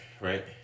right